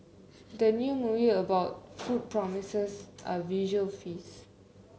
the new movie about food promises a visual feast